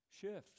shifts